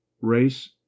Race